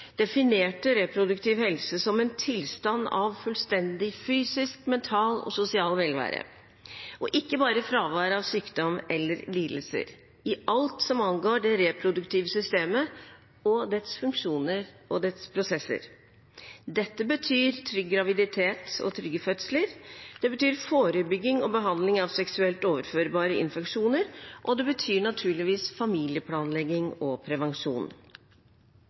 definerte reproduktiv helse som en tilstand av fullstendig fysisk, mental og sosial velvære – og ikke bare fravær av sykdom eller lidelser – i alt som angår det reproduktive systemet og dets funksjoner og prosesser. Dette betyr trygg graviditet og trygge fødsler. Det betyr forebygging og behandling av seksuelt overførbare infeksjoner, og det betyr naturligvis familieplanlegging og prevensjon.